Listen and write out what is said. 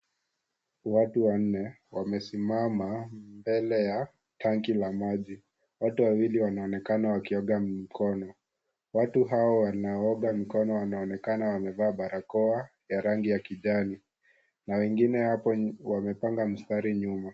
Watu wanne, wamesimama mbele ya tanki la maji. Watu wawili wanaonekana wakioga mikono. Watu hawa, wanaooga mikono wanaonekana wamevaa barakoa ya rangi ya kijani na wengine hapo, wamepanga mstari nyuma.